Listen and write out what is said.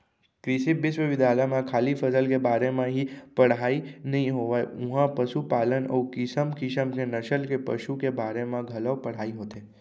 कृषि बिस्वबिद्यालय म खाली फसल के बारे म ही पड़हई नइ होवय उहॉं पसुपालन अउ किसम किसम के नसल के पसु के बारे म घलौ पढ़ाई होथे